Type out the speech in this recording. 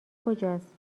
کجاست